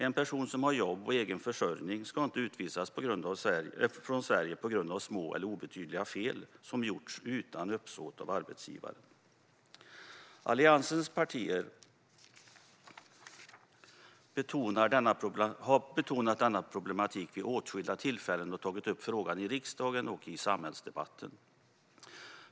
En person med jobb och egen försörjning ska inte utvisas från Sverige på grund av små eller obetydliga fel som gjorts utan uppsåt från arbetsgivarens sida. Möjlighet att avstå från återkallelse av uppehållstillstånd när arbetsgivaren själv-mant har avhjälpt brister Alliansens partier har återkommande betonat denna problematik vid åtskilliga tillfällen och tagit upp frågan i riksdagen och i samhällsdebatten.